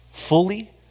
fully